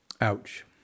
ouch